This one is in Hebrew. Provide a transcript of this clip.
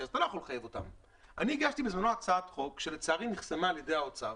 אני בזמנו הגשתי הצעת חוק שלצערי נחסמה על ידי האוצר.